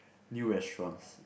new restaurants